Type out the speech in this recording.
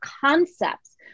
concepts